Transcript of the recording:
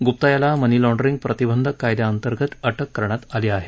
गुप्ता याला money laundering प्रतिबंधक कायद्यांतर्गत अटक करण्यात आली आहे